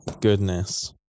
goodness